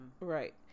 right